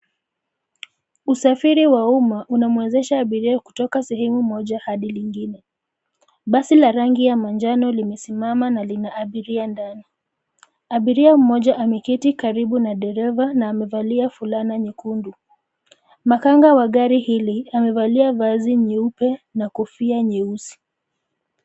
Usafiri wa umma unamwezesha abiria kutoka sehemu moja hadi lingine. Basi la rangi ya manjano limesimama na lina abiria ndani. Abiria mmoja ameketi karibu na dereva na amevalia fulana nyekundu. Makanga wa gari hili amevalia vazi nyeupe na kofia nyeusi.